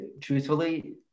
truthfully